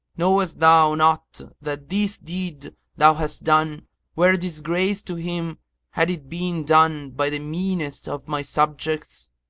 knowest thou not that this deed thou hast done were a disgrace to him had it been done by the meanest of my subjects?